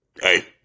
Hey